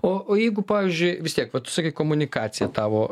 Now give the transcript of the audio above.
o o jeigu pavyzdžiui vis tiek vat tu sakei komunikacija tavo